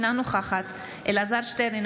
אינה נוכחת אלעזר שטרן,